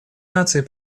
наций